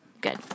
good